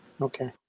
Okay